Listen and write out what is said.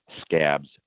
scabs